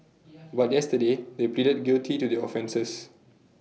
but yesterday they pleaded guilty to their offences